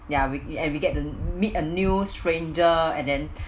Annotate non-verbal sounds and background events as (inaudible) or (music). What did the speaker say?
ya with you and we get to meet a new stranger and then (breath)